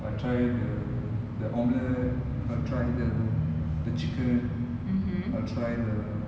I'll try the the omlette I'll try the the chicken I'll try the